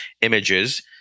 images